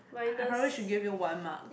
I I probably should give you one mark